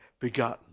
begotten